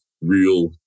real